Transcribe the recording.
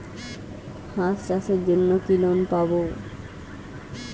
হাঁস চাষের জন্য কি লোন পাব?